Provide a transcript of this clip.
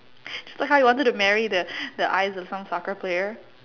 so you wanted to marry the the eye of some soccer player